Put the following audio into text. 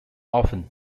often